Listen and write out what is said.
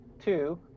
two